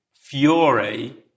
fury